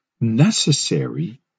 necessary